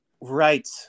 Right